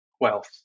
wealth